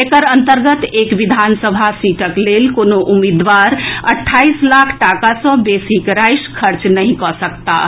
एकर अंतर्गत एक विधानसभा सीटक लेल कोनो उम्मीदवार अट्ठाईस लाख टाका सँ बेसीक राशि खर्च नहि कऽ सकताह